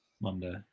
Monday